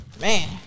Man